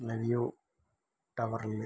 പിന്നെ വ്യൂ ടവറിൽ